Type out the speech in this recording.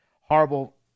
horrible